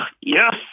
Yes